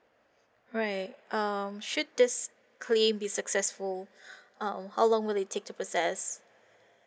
alright um should this claim be successful uh how long will it take to process